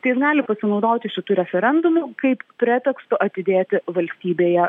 tai jis gali pasinaudoti šitu referendumu kaip pretekstu atidėti valstybėje